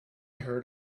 heard